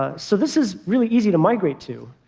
ah so this is really easy to migrate to.